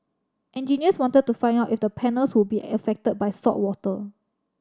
engineers wanted to find out if the panels would be affected by saltwater